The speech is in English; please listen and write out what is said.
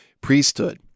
priesthood